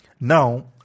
Now